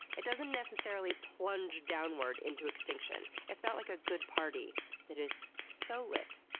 it doesn't necessarily plunge downward into extinction. it's not like a good party that is so lit,